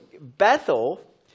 Bethel